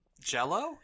jello